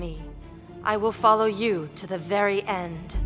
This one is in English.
me i will follow you to the very end